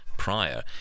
Prior